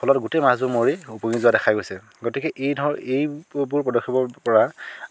ফলত গোটেই মাছবোৰ মৰি উপঙি যোৱা দেখা গৈছে গতিকে এই ধৰ এইবোৰ পদক্ষেপৰ পৰা